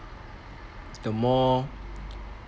the more